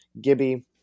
gibby